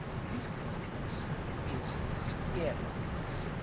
leaf-likeness is scale-likeness.